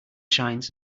shines